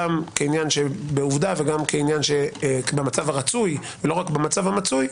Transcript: גם כעובדה וגם במצב הרצוי ולא רק במצב המצוי,